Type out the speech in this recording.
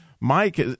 Mike